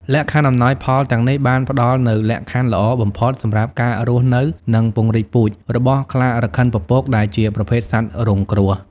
លក្ខខណ្ឌអំណោយផលទាំងនេះបានផ្តល់នូវ លក្ខខណ្ឌល្អបំផុតសម្រាប់ការរស់នៅ និងពង្រីកពូជ របស់ខ្លារខិនពពក ដែលជាប្រភេទសត្វរងគ្រោះ។